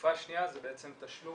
חלופה שנייה זה תשלום